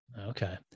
Okay